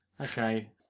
Okay